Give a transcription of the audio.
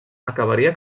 acabaria